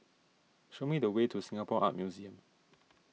show me the way to Singapore Art Museum